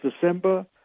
December